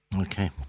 Okay